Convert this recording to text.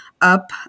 Up